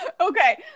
Okay